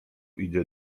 idzie